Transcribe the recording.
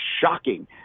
shocking